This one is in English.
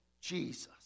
Jesus